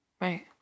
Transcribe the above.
Right